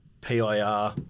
PIR